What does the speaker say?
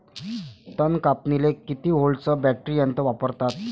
तन कापनीले किती व्होल्टचं बॅटरी यंत्र वापरतात?